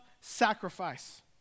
sacrifice